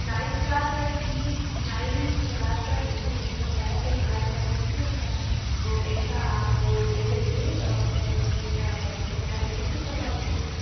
ninth class का T C ninth class का T C नहीं होता है एट्थ क्लास का टी सी होता है तो एट्थ का आप ले जाइए मतलब फिर नाइन्थ में अपना एडमिशन करवा लीजिए